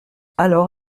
alors